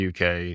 UK